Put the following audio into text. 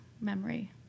memory